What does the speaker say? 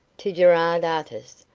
to gerard artis,